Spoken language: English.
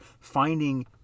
finding